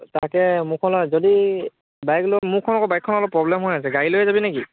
তাকে মোৰখনত যদি বাইক লৈ মোৰখন আকৌ বাইকখন অলপ প্ৰব্লেম হৈ আছে গাড়ী লৈয়ে যাবি নেকি